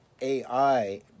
AI